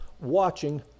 watching